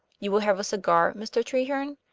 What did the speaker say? you will have a cigar, mr. treherne?